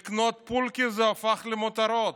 לקנות פולקע זה הפך למותרות.